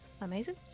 Amazing